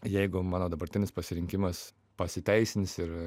jeigu mano dabartinis pasirinkimas pasiteisins ir